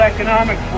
Economic